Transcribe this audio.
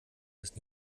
das